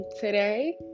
today